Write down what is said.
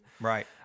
Right